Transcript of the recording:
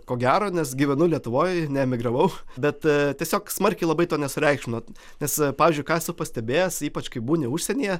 ko gero nes gyvenu lietuvoj neemigravau bet tiesiog smarkiai labai to nesureikšminu nes pavyzdžiui ką esu pastebėjęs ypač kai būni užsienyje